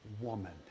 woman